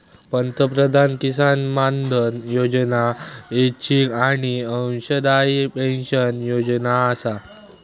पंतप्रधान किसान मानधन योजना ऐच्छिक आणि अंशदायी पेन्शन योजना आसा